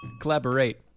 Collaborate